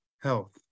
health